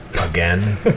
again